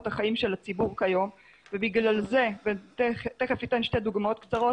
החיים של הציבור כיום ובגלל זה ותכף אתן שתי דוגמאות קצרות